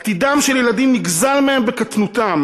עתידם של ילדים נגזל מהם בקטנותם.